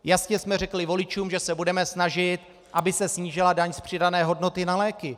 Jasně jsme řekli voličům, že se budeme snažit, aby se snížila daň z přidané hodnoty na léky.